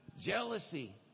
jealousy